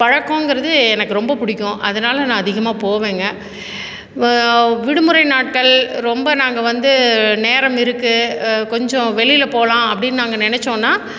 பழக்கங்கறது எனக்கு ரொம்ப பிடிக்கும் அதனால நான் அதிகமாக போவேங்க விடுமுறை நாட்கள் ரொம்ப நாங்கள் வந்து நேரம் இருக்குது கொஞ்சம் வெளியில் போலாம் அப்படீன்னு நாங்கள் நினைச்சோனா